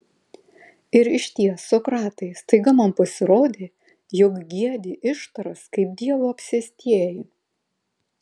ir išties sokratai staiga man pasirodė jog giedi ištaras kaip dievo apsėstieji